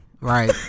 Right